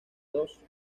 dos